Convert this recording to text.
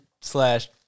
slash